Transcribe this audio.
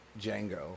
Django